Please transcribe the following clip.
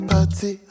Party